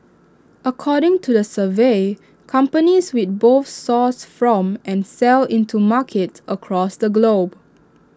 according to the survey companies with both source from and sell into markets across the globe